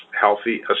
healthy